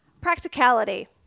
practicality